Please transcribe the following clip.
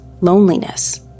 loneliness